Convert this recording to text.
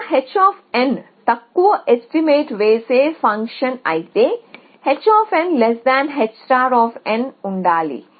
నా h తక్కువ estimate వేసే ఫంక్షన్ అయితే hh ఉండాలి